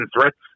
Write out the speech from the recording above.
threats